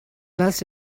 must